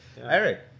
Eric